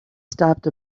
stopped